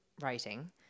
writing